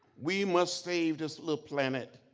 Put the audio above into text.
we must save this little planet,